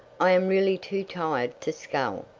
i am really too tired to scull.